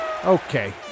Okay